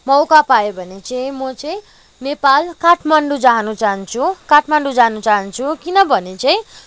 मौका पाएँ भने चाहिँ म चाहिँ नेपाल काठमाडौँ जान चाहन्छु काठमाडौँ जानु चाहन्छु किनभने चाहिँ